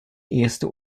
erste